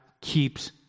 keeps